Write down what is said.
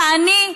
ואני,